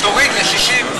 אז תוריד ל-60.